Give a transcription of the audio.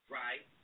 right